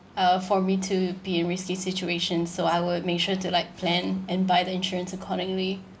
uh for me to be a risky situation so I would make sure to like plan and buy the insurance accordingly